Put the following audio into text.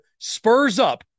SPURSUP